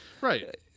right